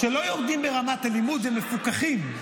כשלא יורדים ברמת הלימוד ומפוקחים.